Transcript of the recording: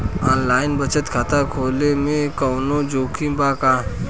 Online बचत खाता खोले में कवनो जोखिम बा का?